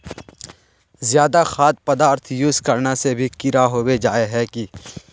ज्यादा खाद पदार्थ यूज करना से भी कीड़ा होबे जाए है की?